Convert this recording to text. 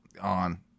on